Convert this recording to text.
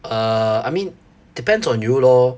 err I mean depends on you lor